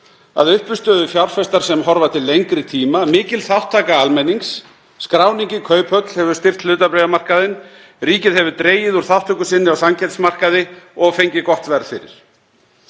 að uppistöðu fjárfestar sem horfa til lengri tíma, mikil þátttaka almennings, skráningu í kauphöll hefur styrkt hlutabréfamarkaðinn, ríkið hefur dregið úr þátttöku sinni á samkeppnismarkaði og fengið gott verð fyrir.